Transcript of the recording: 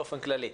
באופן כללי.